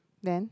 then